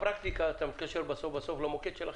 בפרקטיקה אתה מתקשר בסוף למוקד של החברה.